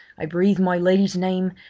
i breathed my lady's name,